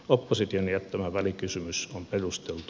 opposition jättämä välikysymys on perusteltu